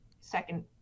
second